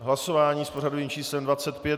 Hlasování s pořadovým číslem 25.